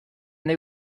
they